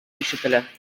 ишетелә